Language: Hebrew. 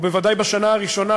ובוודאי בשנה הראשונה,